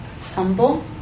humble